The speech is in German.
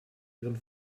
ihren